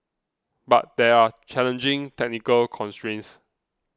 but there are challenging technical constrains